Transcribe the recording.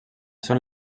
són